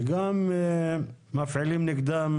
וגם מפעילים נגדם